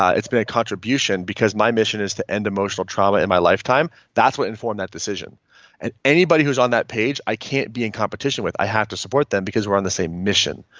it's been a contribution because my mission is to end emotional trauma in my lifetime. that's what informed that decision and anybody who is on that page, i can't be in competition with, i have to support them because we're on the same mission.